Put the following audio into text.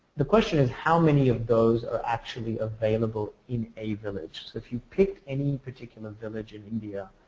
the question is how many of those are actually available in a village. if you pick any particular village in india,